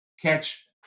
catch